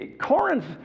Corinth